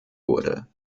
wurde